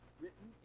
written